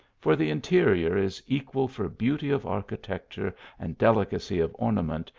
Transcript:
for the interior is equal for beauty of archi tecture and delicacy of ornament,